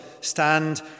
stand